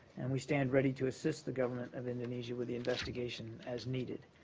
and we stand ready to assist the government of indonesia with the investigation as needed.